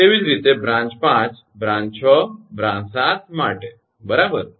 તેવી જ રીતે બ્રાંચ 5 બ્રાંચ 6 બ્રાંચ 7 માટે બરાબર